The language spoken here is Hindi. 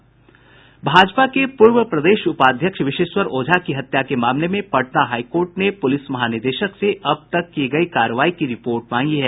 भाजपा के पूर्व प्रदेश उपाध्यक्ष विशेश्वर ओझा की हत्या के मामले में पटना हाईकोर्ट ने पुलिस महानिदेशक से अब तक की गयी कार्रवाई की रिपोर्ट मांगी है